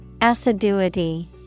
Assiduity